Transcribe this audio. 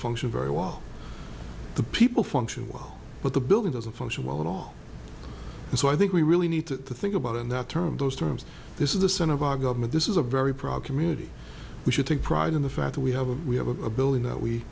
function very well the people function well but the building was a function well at all so i think we really need to think about it in that term those terms this is the center of our government this is a very proud community we should take pride in the fact that we have a we have a building that we